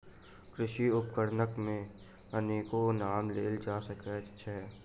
कृषि उपकरण मे अनेको नाम लेल जा सकैत अछि